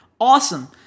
Awesome